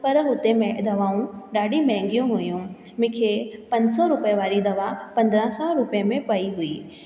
पर हुते में दवाऊं ॾाढियूं महांगियूं हुयूं मूंखे पंज सौ रुपे वारी दवा पंद्रहं सौ रुपे में पई हुई